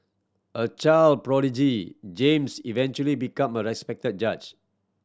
a child prodigy James eventually became a respected judge